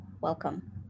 welcome